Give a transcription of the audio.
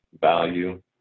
value